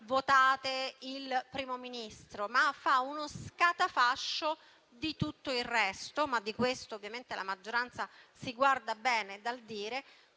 votare il Primo Ministro, ma fa uno scatafascio di tutto il resto, cosa di cui ovviamente la maggioranza si guarda bene dal